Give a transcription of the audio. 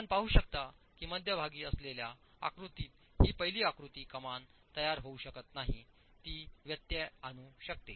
आपण पाहू शकता की मध्यभागी असलेल्या आकृतीत ही पहिली आकृती कमान तयार होऊ शकत नाही ती व्यत्यय आणू शकते